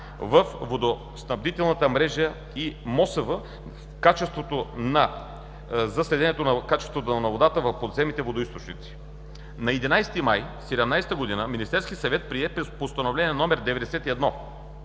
във водоснабдителната мрежа и от МОСВ – на качеството на водата в подземните водоизточници. На 11 май 2017 г. Министерският съвет прие Постановление № 91